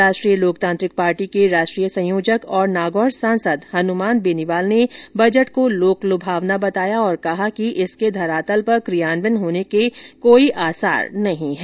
राष्ट्रीय लोकतांत्रिक पार्टी के राष्ट्रीय संयोजक और नागौर सांसद हनुमान बेनीवाल ने बजट को लोकलुभावना बताया और कहा कि इसके धरातल पर क्रियान्वयन होने के कोई आसार नहीं है